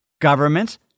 governments